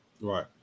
Right